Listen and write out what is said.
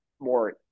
more